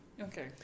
Okay